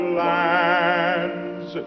lands